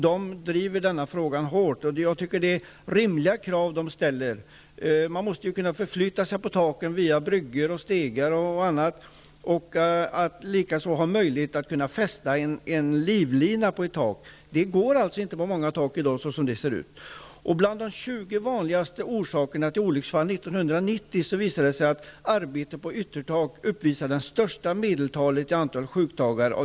De driver denna fråga hårt, och jag tycker att det är rimliga krav de ställer. Man måste ju kunna förflytta sig på taken via bryggor, stegar och annat och ha möjlighet att fästa en livlina. Det går inte på tak i dag, så som de ser ut. uppvisade arbete på yttertak de högsta medeltalet i antalet sjukdagar.